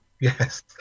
Yes